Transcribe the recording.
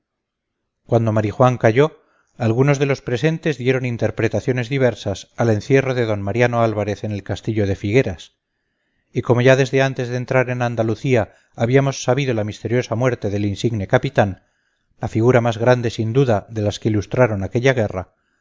cuando marijuán calló algunos de los presentes dieron interpretaciones diversas al encierro de d mariano álvarez en el castillo de figueras y como ya desde antes de entrar en andalucía habíamos sabido la misteriosa muerte del insigne capitán la figura más grande sin duda de las que ilustraron aquella guerra